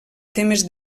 temes